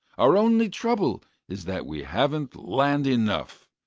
our only trouble is that we haven't land enough.